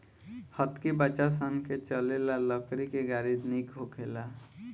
हतकी बच्चा सन के चले ला लकड़ी के गाड़ी निक होखेला